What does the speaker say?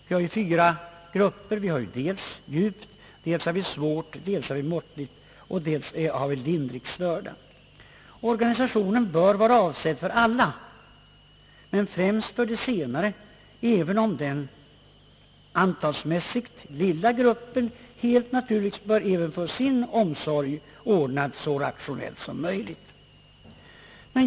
Vi tillämpar en indelning i fyra grupper — djupt, svårt, måttligt och lindrigt störda — och organisationen bör vara avsedd för alla dessa men främst för de sistnämnda båda stora grupperna, även om den antalsmässigt lilla gruppen gravt störda helt naturligt även bör få sin omsorg ordnad så rationellt som möjligt.